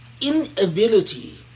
inability